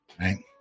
Right